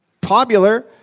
popular